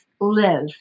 live